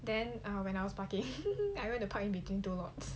then when I was parking I went to park in between two lots